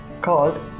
called